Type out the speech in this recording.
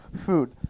food